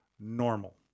normal